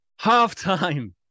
halftime